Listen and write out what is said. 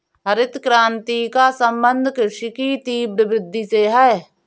हरित क्रान्ति का सम्बन्ध कृषि की तीव्र वृद्धि से है